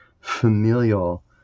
familial